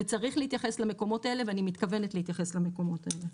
צריך להתייחס למקומות האלה ואני מתכוונת להתייחס למקומות האלה.